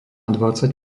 dvadsať